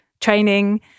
training